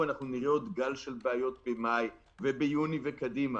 ואנחנו נראה עוד גל של בעיות במאי וביוני וקדימה.